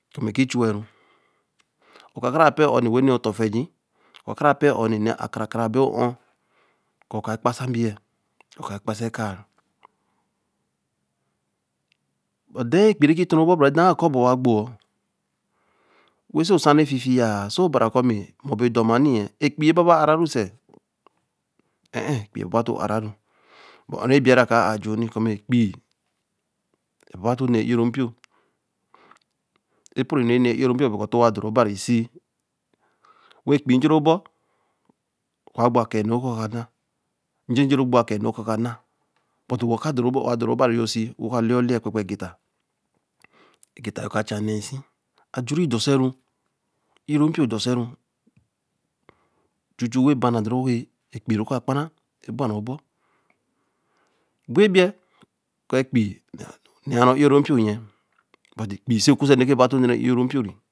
mma ki chu- waru, ō ka ka pēe ā ho nn̄e wen nn̄e to faa ej̄i, oka ka ra pēe a ho nn̄e nn̄e ka kara bo hō kur kāa si kpasa nbiye, kaā se kpa sa eka ē, edaā epeii re gi ton ru bo, bere dāa curu wa gbowa, wen se osan re fifiyāa, so obari a kōo mo be dor ma ye n̄ni epeii ebaba ara ru sel, ēe ēe epeii re baba toō araru mo nu re ebei raka aju wen nni ku ma epeii re baba toō nna ē ōro npio, epore nu ra nn̄e ye ē ōro npio be to wa dor ru obari se, wen epeii ēj̄eē re bo, waā gbo kaā nu re ka nn̄a ej̄ej̄e ru bo, akāa nu ru ka na. buti okara dor ru obari yoo wen se, wo ka leya olēe ya kpa-kpa te tta, egetta yōo ka cha n̄ne se ajure dose ru e ōro npio dose ru, chu chu wen ba na e-den re epeii ro ka kpa re e ba ru bo, bo ebei, ku epeii, n̄nere e oro npio ye, buti epeii se kusa nn̄o re baba toō n̄ne ru e ōro npio re